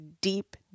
deep